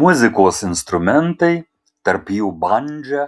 muzikos instrumentai tarp jų bandža